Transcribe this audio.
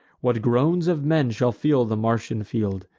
what groans of men shall fill the martian field!